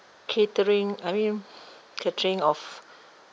catering I mean catering of